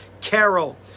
Carol